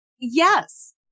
Yes